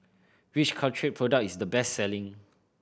which Caltrate product is the best selling